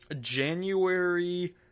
January